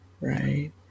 right